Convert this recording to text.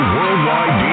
Worldwide